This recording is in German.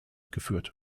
geführt